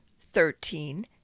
thirteen